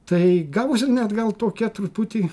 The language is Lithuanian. tai gavosi net gal tokia truputį